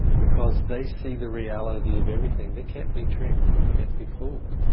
because they see the reality of everything, they can't be tricked, they can't be fooled.